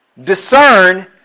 discern